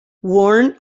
worn